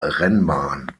rennbahn